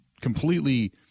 completely